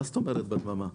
מה זאת אומרת בדממה?